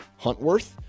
Huntworth